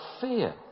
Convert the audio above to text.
fear